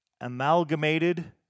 Amalgamated